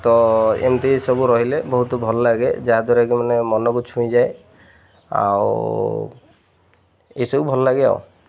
ତ ଏମିତି ଏସବୁ ରହିଲେ ବହୁତ ଭଲ ଲାଗେ ଯାହାଦ୍ୱାରା କି ମାନେ ମନକୁ ଛୁଇଁଯାଏ ଆଉ ଏସବୁ ଭଲ ଲାଗେ ଆଉ